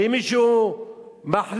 ואם מישהו מחליט